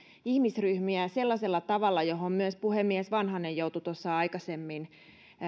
ihmisryhmiä sellaisella tavalla johon myös puhemies vanhanen joutui tuossa aikaisemmin